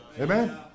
Amen